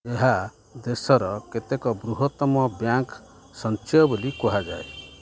ଏହା ଦେଶର କେତେକ ବୃହତ୍ତମ ବ୍ୟାଙ୍କ୍ ସଞ୍ଚୟ ବୋଲି କୁହାଯାଏ